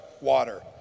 water